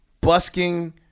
busking